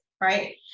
right